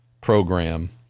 program